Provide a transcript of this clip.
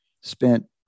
spent